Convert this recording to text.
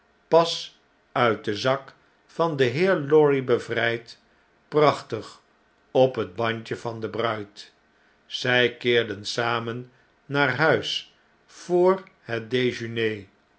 pas uit den zak van den heer lorry bevrp prachtig op het handje van de bruid zy keerden samen naar huis voor het